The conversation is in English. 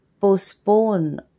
postpone